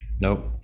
Nope